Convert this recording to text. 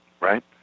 right